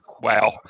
wow